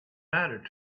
mattered